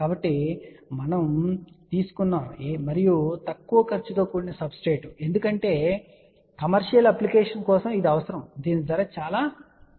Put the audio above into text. కాబట్టి మనము తీసుకున్నాము మరియు తక్కువ ఖర్చుతో కూడిన సబ్స్ట్రేట్ ఎందుకంటే కమర్షియల్ అప్లికేషన్ కోసం ఇది అవసరం దీని ధర చాలా సున్నితమైనది